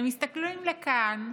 הם מסתכלים לכאן,